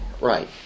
Right